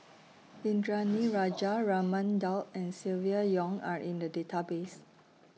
Indranee Rajah Raman Daud and Silvia Yong Are in The Database